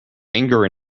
anger